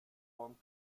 und